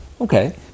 Okay